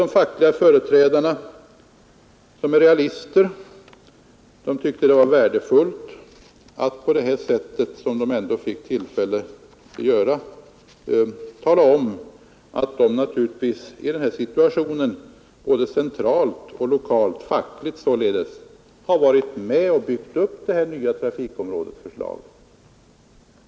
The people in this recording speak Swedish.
De fackliga företrädarna, som är realister, tyckte att det var värdefullt att på det här sättet tala om att de naturligtvis i den här situationen både centralt och lokalt varit med om att fackligt bygga upp det nya trafikområdesförslaget.